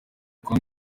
kwa